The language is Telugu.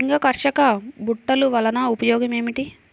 లింగాకర్షక బుట్టలు వలన ఉపయోగం ఏమిటి?